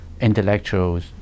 intellectuals